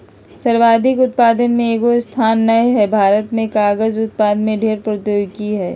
सर्वाधिक उत्पादक में एगो स्थान नय हइ, भारत में कागज उत्पादन के ढेर प्रौद्योगिकी हइ